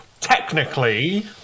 technically